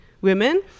women